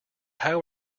how